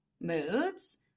moods